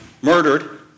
murdered